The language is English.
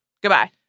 Goodbye